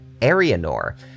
Arianor